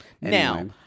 Now